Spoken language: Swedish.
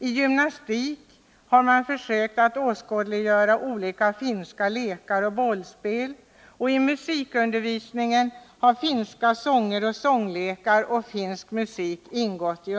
I gymnastik har man försökt åskådliggöra olika finska lekar och bollspel. I musikundervisningen har finska sånger och sånglekar samt finsk musik ingått.